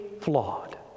flawed